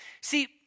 See